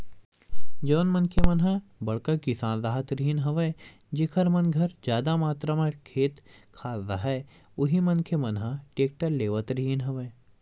जउन मनखे मन ह बड़का किसान राहत रिहिन हवय जेखर मन घर जादा मातरा म खेत खार राहय उही मनखे मन ह टेक्टर लेवत रिहिन हवय